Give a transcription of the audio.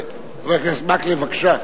חבר הכנסת מקלב, בבקשה.